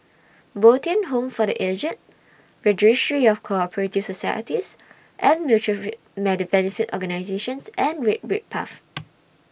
Bo Tien Home For The Aged Registry of Co Operative Societies and Mutual Benefit Organisations and Red Brick Path